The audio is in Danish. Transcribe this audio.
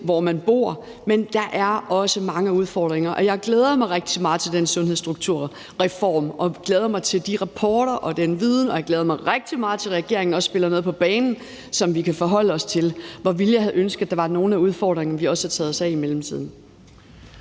hvor man bor, men også mange andre udfordringer. Jeg glæder mig rigtig meget til den sundhedsstrukturreform, og jeg glæder mig til de rapporter og den viden. Og jeg glæder mig rigtig meget til, at regeringen bringer noget på bane, som vi kan forholde os til. Hvor ville jeg ønske, at der var nogle af udfordringerne, vi også havde taget os af i mellemtiden.